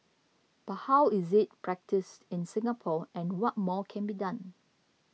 but how is it practised in Singapore and what more can be done